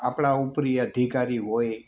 આપણા ઉપરી અધિકારી હોય